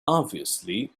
obviously